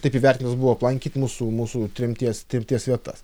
taip įvertintas buvo aplankyt mūsų mūsų tremties tremties vietas